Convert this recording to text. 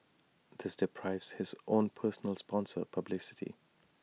this deprives his own personal sponsor publicity